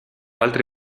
altri